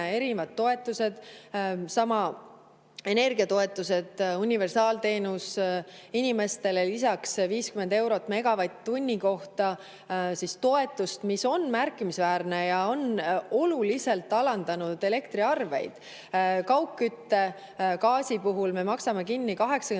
erinevad toetused: needsamad energiatoetused, universaalteenus inimestele, lisaks toetus 50 eurot megavatt‑tunni kohta, mis on märkimisväärne ja on oluliselt alandanud elektriarveid. Kaugkütte, gaasi puhul me maksame kinni 80%